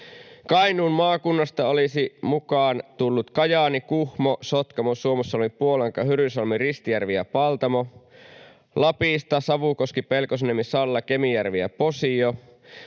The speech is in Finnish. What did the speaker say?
Kainuun maakunnasta olisivat mukaan tulleet Kajaani, Kuhmo, Sotkamo, Suomussalmi, Puolanka, Hyrynsalmi, Ristijärvi ja Paltamo, Lapista Savukoski, Pelkosenniemi, Salla, Kemijärvi ja Posio,